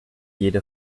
jede